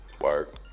Work